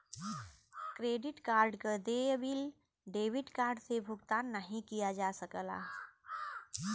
credit card क देय bill debit card से भुगतान नाहीं किया जा सकला